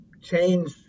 change